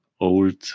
old